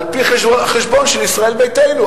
על-פי חשבון של ישראל ביתנו,